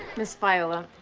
ms. viola,